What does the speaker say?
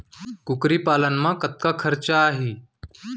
कुकरी पालन म कतका खरचा आही?